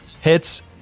hits